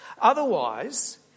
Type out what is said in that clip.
Otherwise